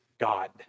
God